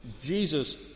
Jesus